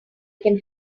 can